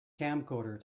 camcorder